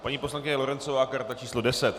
Paní poslankyně Lorencová karta číslo 10.